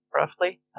Roughly